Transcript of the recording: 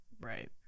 right